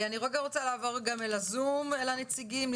נעבור לנציגים בזום.